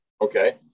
Okay